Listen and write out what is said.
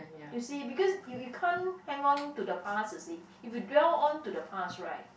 you see because you you can't hang on to the past you see if you dwell on to the past right